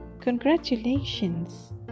Congratulations